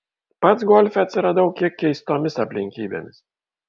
pats golfe atsiradau kiek keistomis aplinkybėmis